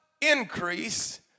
increase